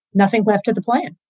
nothing left of the plan